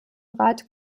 rat